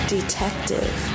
Detective